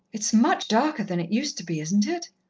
it's much darker than it used to be, isn't it?